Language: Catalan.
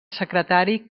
secretari